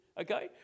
okay